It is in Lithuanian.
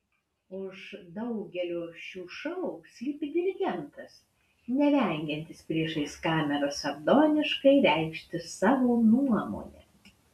už daugelio šių šou slypi dirigentas nevengiantis priešais kamerą sardoniškai reikšti savo nuomonę